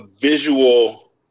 visual